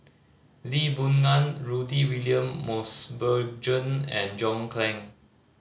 Lee Boon Ngan Rudy William Mosbergen and John Clang